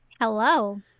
Hello